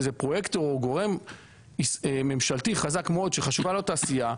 איזה פרויקטור או גורם ממשלתי חזק מאוד שחשובה לו התעשייה,